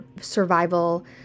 survival